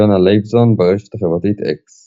יונה לייבזון, ברשת החברתית אקס